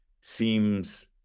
seems